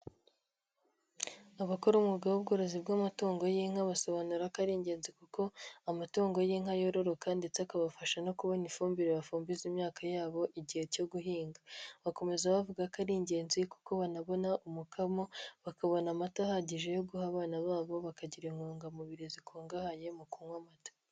Abakora umwuga w'ubworozi bw'amatungo y'inka basobanura ko ari ingenzi kuko amatungo y'inka yororoka ndetse akabafasha no kubona ifumbire bafumbiza imyaka yabo igihe cyo guhinga, bakomeza bavuga ko ari ingenzi kuko banabona umukamo bakabona amata ahagije yo guha abana babo bakagira intungamubiri zikungahaye mu kunywa amata.